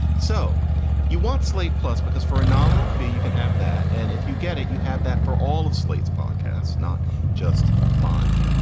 so you want slate plus because for a nominal fee you can have that. and if you get it, you have that for all of slate's podcasts, not just mine,